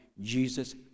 Jesus